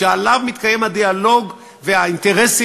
שעליו מתקיים הדיאלוג ומתקיימים האינטרסים